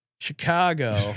Chicago